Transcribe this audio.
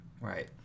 Right